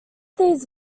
these